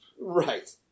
Right